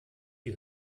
die